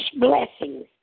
blessings